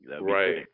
right